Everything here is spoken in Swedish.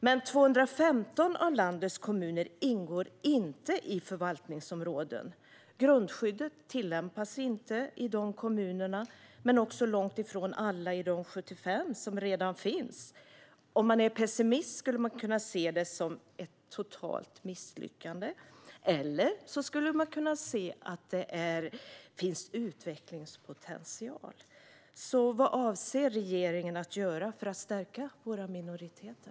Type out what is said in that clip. Men 215 av landets kommuner ingår inte i förvaltningsområden. Grundskyddet tillämpas inte i dessa kommuner, men det tillämpas långt ifrån i alla de 75 förvaltningsområden som redan finns. Om man är pessimist skulle man kunna se det som ett totalt misslyckande, eller också skulle man kunna se det som att det finns utvecklingspotential. Vad avser regeringen att göra för att stärka våra nationella minoriteter?